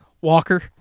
Walker